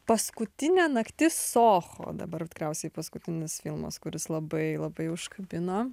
paskutinė naktis soho dabar tikriausiai paskutinis filmas kuris labai labai užkabino